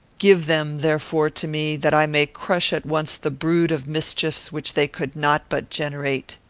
give them, therefore, to me, that i may crush at once the brood of mischiefs which they could not but generate.